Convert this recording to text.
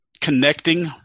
connecting